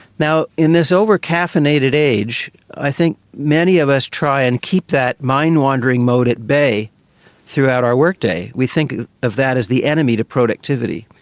in this over-caffeinated age, i think many of us try and keep that mind-wandering mode at bay throughout our work day. we think of that as the enemy to productivity.